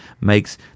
makes